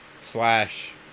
slash